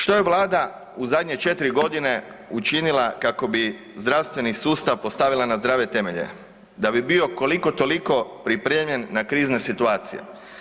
Što je Vlada u zadnje 4 godine učinila kako bi zdravstveni sustav postavila na zdrave temelje, da bi bio koliko-toliko pripremljen za krizne situacije?